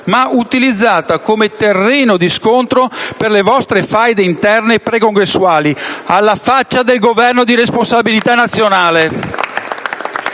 utilizzata come terreno di scontro per le vostre faide interne precongressuali, alla faccia del Governo di responsabilità nazionale!